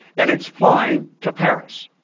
and it's flying to paris.